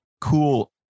cool